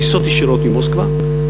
טיסות ישירות ממוסקבה,